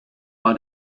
war